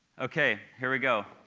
ok, here we go.